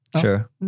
Sure